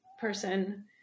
person